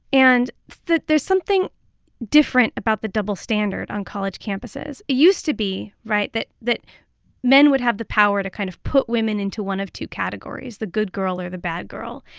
and there's something different about the double standard on college campuses it used to be right? that that men would have the power to kind of put women into one of two categories, the good girl or the bad girl.